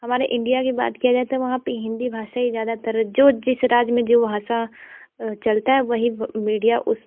हमारे इंडिया की बात किया जाए तब वहाँ पर हिंदी भाषा ही ज़्यादातर जो जिस राज्य में जो भाषा चलता है वही मीडिया उस